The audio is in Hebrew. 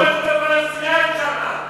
(חבר הכנסת טלב אבו עראר יוצא מאולם המליאה.) לכו לרשות הפלסטינית שמה.